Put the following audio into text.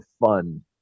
fun